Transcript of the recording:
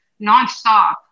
nonstop